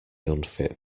unfit